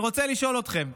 אני רוצה לשאול אתכם,